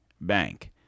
Bank